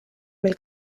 mil